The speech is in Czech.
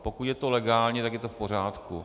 Pokud je to legálně, tak je to v pořádku.